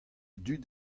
dud